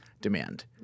demand